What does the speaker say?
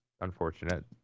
unfortunate